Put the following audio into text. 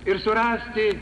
ir surasti